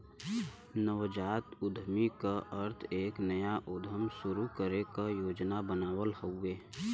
नवजात उद्यमी क अर्थ एक नया उद्यम शुरू करे क योजना बनावल हउवे